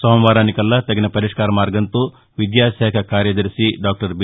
సోమవారానికల్లా తగిన పరిష్కార మార్గంతో విద్యాశాఖ కార్యదర్భి డాక్టర్ బీ